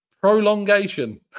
Prolongation